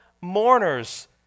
mourners